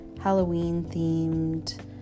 Halloween-themed